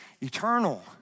eternal